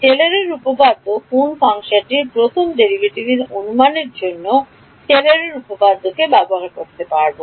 টেলরের উপপাদ্য কোন ফাংশনটির প্রথম ডেরাইভেটিভের জন্য অনুমানের জন্য টেলরের উপপাদ্যকে ব্যবহার করতে পারে